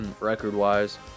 record-wise